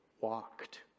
walked